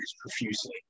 profusely